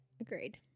Agreed